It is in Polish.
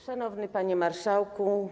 Szanowny Panie Marszałku!